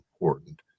important